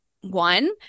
one